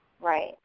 Right